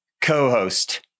co-host